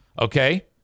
Okay